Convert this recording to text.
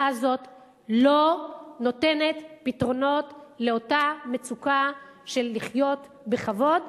הזאת לא נותנת פתרונות לאותה מצוקה של לחיות בכבוד.